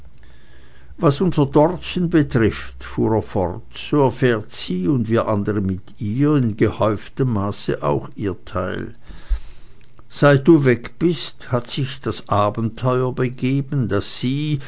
was unser dortchen betrifft fuhr er fort so erfährt sie und wir andere mit ihr in gehäuftem maße auch ihr teil seit du weg bist hat sich das abenteuer begeben daß sie